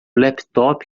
laptop